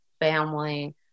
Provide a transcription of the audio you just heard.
family